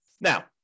Now